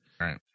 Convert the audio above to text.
Right